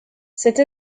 cette